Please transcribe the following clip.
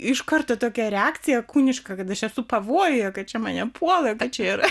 iš karto tokia reakcija kūniška kad aš esu pavojuje kad čia mane puola bet čia yra